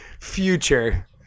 future